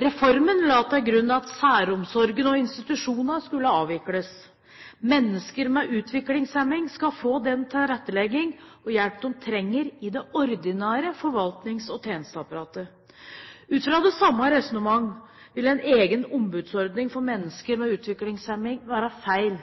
Reformen la til grunn at særomsorgen og institusjonene skulle avvikles. Mennesker med utviklingshemning skal få den tilrettelegging og hjelp de trenger, i det ordinære forvaltnings- og tjenesteapparatet. Ut fra det samme resonnementet vil en egen ombudsordning for mennesker med utviklingshemning være feil.